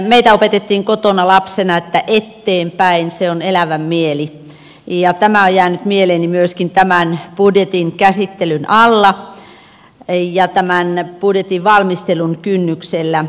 meitä opetettiin kotona lapsena että etteenpäin se on elävän mieli ja tämä on jäänyt mieleeni myöskin tämän budjetin käsittelyn alla ja tämän budjetin valmistelun kynnyksellä